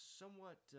somewhat